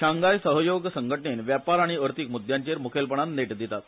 शांघाय सहयोग संघटनेन वेपार आनी अर्थिक मुद्याचेर मुखेलपणान नेट दितात